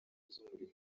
z’umurimo